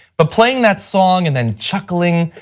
but playing that song and then chuckling,